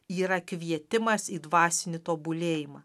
yra kvietimas į dvasinį tobulėjimą